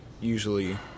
usually